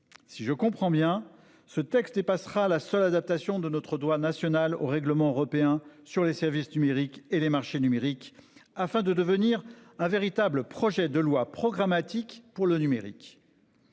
Si je comprends bien ce texte et passera la seule adaptation de notre droit national au règlement européen sur les services numériques et les marchés numériques afin de devenir un véritable projet de loi programmatique pour le numérique.